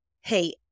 hey